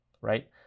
Right